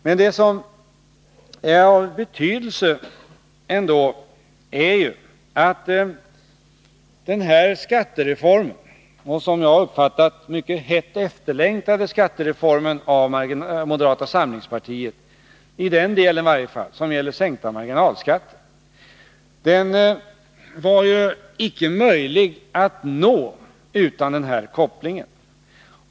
Men det som är av betydelse är att den här skattereformen — som efter vad jag har uppfattat var mycket hett efterlängtad av moderata samlingspartiet, i varje fall i den del som gäller sänkta marginalskatter — icke var möjlig att nå utan den aktuella kopplingen.